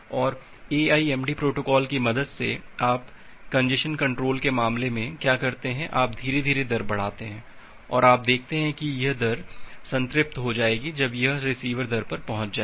और AIMD protocol की मदद से आप कंजेस्शन कंट्रोल के मामले में क्या करते हैं आप धीरे धीरे दर बढ़ाते हैं और आप देखते हैं कि यह दर संतृप्त हो जाएगी जब यह रिसीवर दर पर पहुंच जाएगी